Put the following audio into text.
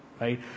Right